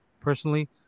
personally